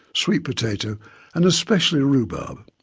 sweet potato and especially rhubarb.